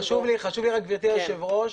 חשוב לי גברתי היושבת ראש